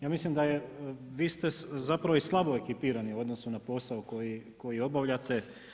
Ja mislim da je, vi ste zapravo i slabo ekipirani u odnosu na posao koji obavljate.